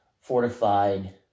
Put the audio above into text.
fortified